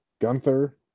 Gunther